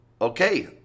Okay